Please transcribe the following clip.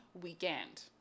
weekend